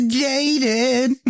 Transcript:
jaded